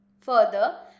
Further